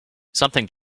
something